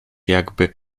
jakby